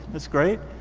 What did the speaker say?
that's great.